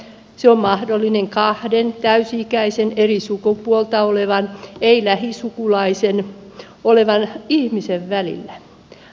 se on mahdollinen kahden täysi ikäisen eri sukupuolta olevan ei lähisukulaisen ihmisen välillä